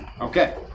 okay